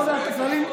אתה קובע את הכללים?